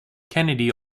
kennedy